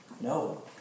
No